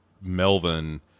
Melvin